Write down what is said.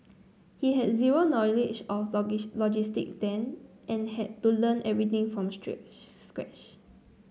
he had zero knowledge of logistics then and had to learn everything from stretch scratch